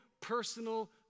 personal